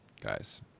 guys